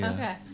Okay